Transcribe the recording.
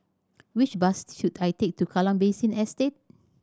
which bus should I take to Kallang Basin Estate